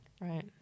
Right